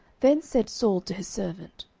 then said saul to his servant,